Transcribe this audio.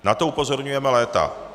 Na to upozorňujeme léta.